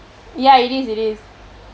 ya it is it is